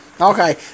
Okay